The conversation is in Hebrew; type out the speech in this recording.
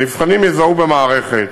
הנבחנים יזוהו במערכת